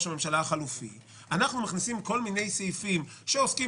ראש הממשלה החלופי אנחנו מכניסים כל מיני סעיפים שעוסקים